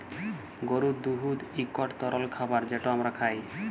গরুর দুহুদ ইকট তরল খাবার যেট আমরা খাই